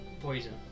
poison